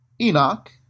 Enoch